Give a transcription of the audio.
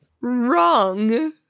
Wrong